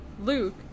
Luke